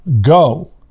go